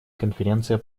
конференция